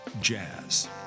jazz